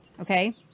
Okay